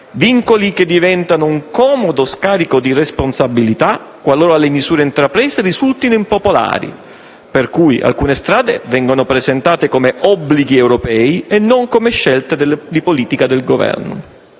vincoli che diventano un comodo scarico di responsabilità qualora le misure intraprese risultino impopolari, per cui alcune strade vengono presentate come obblighi europei e non come scelte di politica del Governo.